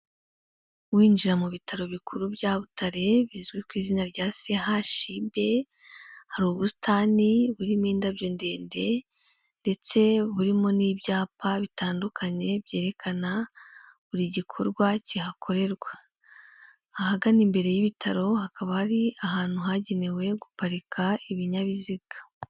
Winjira mu bitaro bikuru bya Butare bizwi ku izina rya CHUB, hari ubusitani burimo indabyo ndende, ndetse burimo n'ibyapa bitandukanye, byerekana buri gikorwa kihakorerwa. Ahagana imbere y'ibitaro, hakaba hari ahantu hagenewe guparika ibinyabiziga.